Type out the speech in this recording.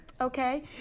Okay